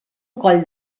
coll